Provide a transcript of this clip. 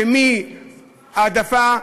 העדפה,